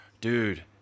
Dude